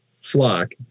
flock